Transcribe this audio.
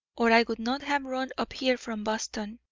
or i would not have run up here from boston,